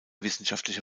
wissenschaftliche